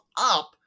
up